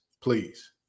please